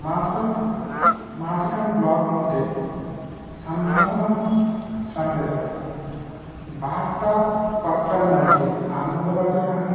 मास मासिकान् ब्लाग् मध्ये सम्भाषणसन्देशः वार्तापत्रान् मध्ये आनन्द बाजारः